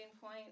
point